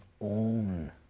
own